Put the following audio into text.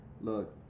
look